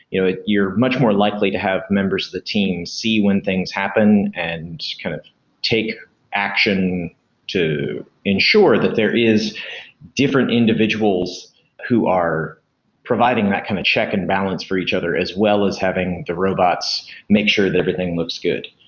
you know if you're much more likely to have members team see when things happen and kind of take action to ensure that there is different individuals who are providing that kind of check and balance for each other as well as having the robots make sure that everything looks good.